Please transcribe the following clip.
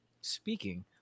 Speaking